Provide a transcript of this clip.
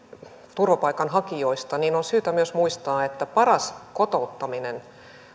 turvapaikanhakijoista on syytä myös muistaa että paras kotouttaminen